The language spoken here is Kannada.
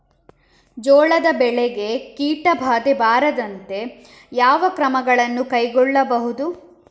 ಜೋಳದ ಬೆಳೆಗೆ ಕೀಟಬಾಧೆ ಬಾರದಂತೆ ಯಾವ ಕ್ರಮಗಳನ್ನು ಕೈಗೊಳ್ಳಬಹುದು?